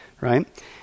right